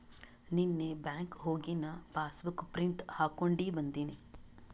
ನೀನ್ನೇ ಬ್ಯಾಂಕ್ಗ್ ಹೋಗಿ ನಾ ಪಾಸಬುಕ್ ಪ್ರಿಂಟ್ ಹಾಕೊಂಡಿ ಬಂದಿನಿ